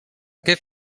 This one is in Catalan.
què